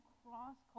cross